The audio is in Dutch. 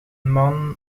man